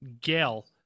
Gail